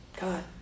God